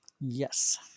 Yes